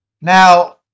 Now